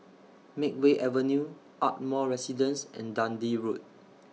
Makeway Avenue Ardmore Residence and Dundee Road